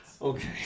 Okay